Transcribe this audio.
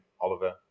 Oliver